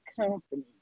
company